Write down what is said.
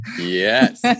Yes